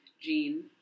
gene